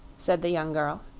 said the young girl.